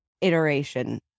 iteration